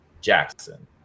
Jackson